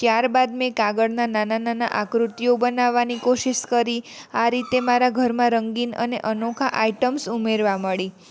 ત્યારબાદ મેં કાગળના નાના નાના આકૃતિઓ બનાવાની કોશિસ કરી આ રીતે મારા ઘરમાં રંગીન અને અનોખા આઇટમ્સ ઉમેરવા મળી